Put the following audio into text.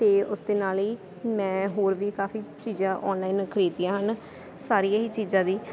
ਅਤੇ ਉਸ ਦੇ ਨਾਲ ਹੀ ਮੈਂ ਹੋਰ ਵੀ ਕਾਫੀ ਚੀਜ਼ਾਂ ਆਨਲਾਈਨ ਖਰੀਦੀਆਂ ਹਨ ਸਾਰੀਆਂ ਹੀ ਚੀਜ਼ਾਂ ਦੀ